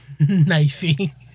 Knifey